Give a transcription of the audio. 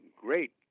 great